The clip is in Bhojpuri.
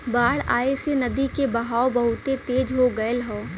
बाढ़ आये से नदी के बहाव बहुते तेज हो गयल हौ